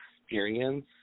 experience